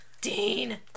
Dean